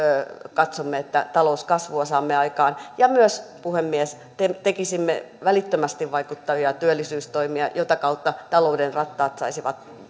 katsomme että talouskasvua saamme aikaan ja myös puhemies tekisimme välittömästi vaikuttavia työllisyystoimia jota kautta talouden rattaat